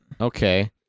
Okay